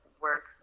work